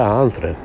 altre